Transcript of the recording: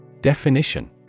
Definition